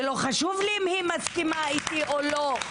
ולא חשוב לי אם היא מסכימה איתי או לא,